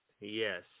Yes